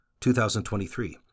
2023